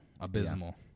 abysmal